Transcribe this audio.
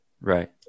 Right